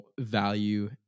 value